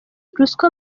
ruswa